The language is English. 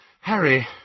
Harry